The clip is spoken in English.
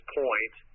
point